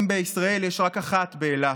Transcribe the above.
בישראל יש רק שונית אלמוגים אחת, באילת.